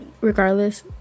regardless